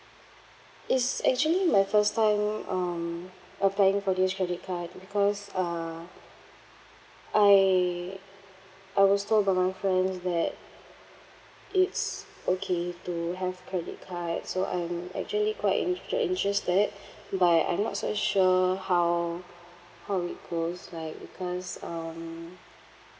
is actually my first time um applying for this credit card because uh I I was told by my friend that it's okay to have credit card so I'm actually quite inter~ interested but I'm not so sure how how it goes like because um